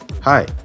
Hi